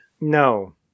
No